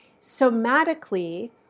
Somatically